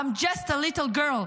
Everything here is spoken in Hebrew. "I’m just a little girl,